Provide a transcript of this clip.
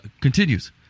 Continues